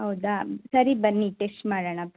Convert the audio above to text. ಹೌದಾ ಸರಿ ಬನ್ನಿ ಟೆಶ್ಟ್ ಮಾಡೋಣ